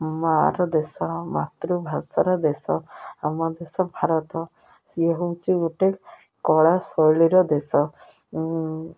ମାଆର ଦେଶ ମାତୃଭାଷାର ଦେଶ ଆମ ଦେଶ ଭାରତ ଇଏ ହେଉଛି ଗୋଟେ କଳା ଶୈଳୀର ଦେଶ